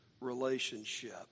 relationship